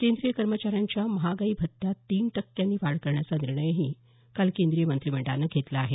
केंद्रीय कर्मचाऱ्यांच्या महागाई भत्यात तीन टक्क्यांनी वाढ करण्याचा निर्णयही काल केंद्रीय मंत्रीमंडळानं घेतला आहे